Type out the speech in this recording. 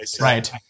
Right